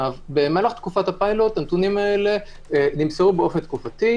במהלך תקופת הפילוט הנתונים האלה נמסרו באופן תקופתי,